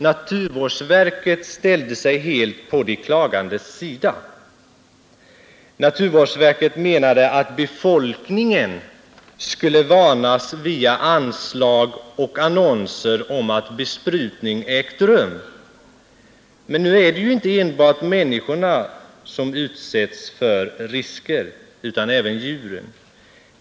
Naturvårdsverket ställde sig helt på de klagandes sida och menade att befolkningen skulle varnas via anslag och annonser om att besprutning ägt rum. Men nu är det ju inte enbart människorna som utsätts för risker, utan även djuren.